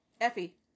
effie